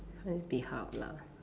so it's behalf lah